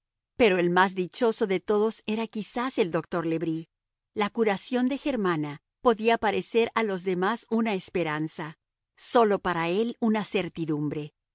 pero el más dichoso de todos era quizás el doctor le bris la curación de germana podía parecer a los demás una esperanza sólo para él era una certidumbre